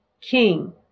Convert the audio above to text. king